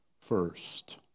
first